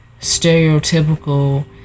stereotypical